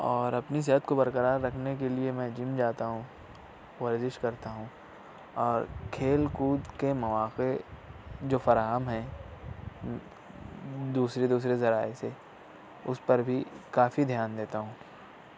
اور اپنی صحت کو برقرار رکھنے کے لیے میں جم جاتا ہوں ورزش کرتا ہوں اور کھیل کود کے مواقع جو فراہم ہیں دوسرے دوسرے ذرائع سے اس پر بھی کافی دھیان دیتا ہوں